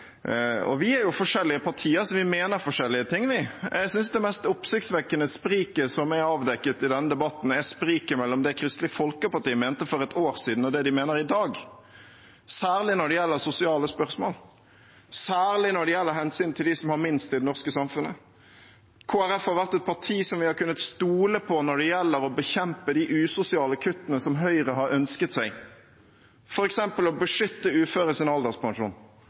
Vi er jo forskjellige partier, så vi mener forskjellige ting, vi. Jeg synes det mest oppsiktsvekkende spriket som er avdekket i denne debatten, er spriket mellom det Kristelig Folkeparti mente for et år siden, og det de mener i dag, særlig når det gjelder sosiale spørsmål og hensynet til dem som har minst i det norske samfunnet. Kristelig Folkeparti har vært et parti som vi har kunnet stole på når det gjelder å bekjempe de usosiale kuttene som Høyre har ønsket seg, f.eks. å beskytte uføres alderspensjon